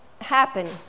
happen